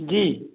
जी